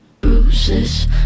Bruises